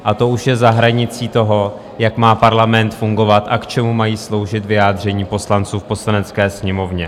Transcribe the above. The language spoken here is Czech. A to už je za hranicí toho, jak má parlament fungovat a k čemu mají sloužit vyjádření poslanců v Poslanecké sněmovně.